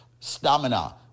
stamina